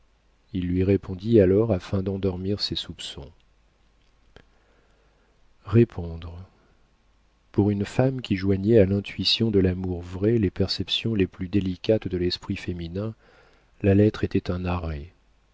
il lui répondit alors afin d'endormir ses soupçons répondre pour une femme qui joignait à l'intuition de l'amour vrai les perceptions les plus délicates de l'esprit féminin la lettre était un arrêt